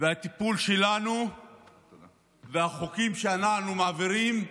והטיפול שלנו והחוקים שאנחנו מעבירים,